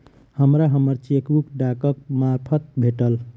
हमरा हम्मर चेकबुक डाकक मार्फत भेटल